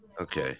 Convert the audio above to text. okay